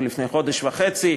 או לפני חודש וחצי,